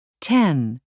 Ten